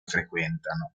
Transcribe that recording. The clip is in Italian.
frequentano